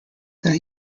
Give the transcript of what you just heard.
that